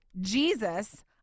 Jesus